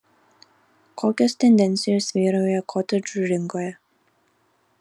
kokios tendencijos vyrauja kotedžų rinkoje